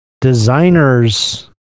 Designers